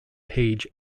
page